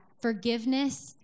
forgiveness